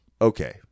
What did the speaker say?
okay